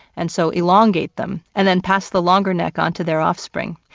and so elongate them, and then pass the longer neck on to their offspring.